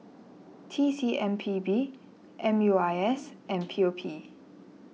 T C M P B M U I S and P O P